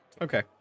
Okay